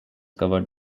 covered